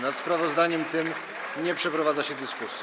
Nad sprawozdaniem tym nie przeprowadza się dyskusji.